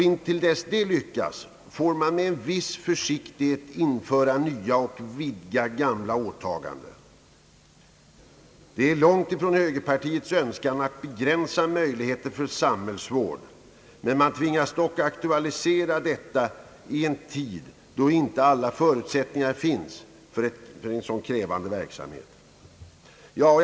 Intill dess det lyckats, får man med en viss försiktighet införa nya och utvidga gamla åtaganden. Det är långtifrån högerpartiets önskan att begränsa möjligheten för samhällsvård, men man tvingas dock aktualisera detta i en tid då inte alla förutsättningar för denna krävande verksamhet finns.